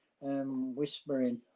Whispering